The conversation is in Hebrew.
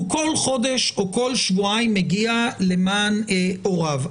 הוא כל חודש או כל שבועיים מגיע למען הוריו.